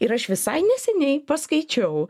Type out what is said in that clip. ir aš visai neseniai paskaičiau